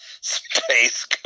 Space